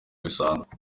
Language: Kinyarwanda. bisanzwe